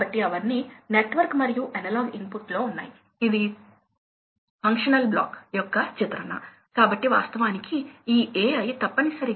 కాబట్టి ఫ్యాన్ లక్షణం మాదిరిగానే మీరు పంప్ లక్షణాన్ని కలిగి ఉంటారు ఇక్కడ మీరు మళ్లీ ప్రెజర్ ని కలిగి ఉంటారు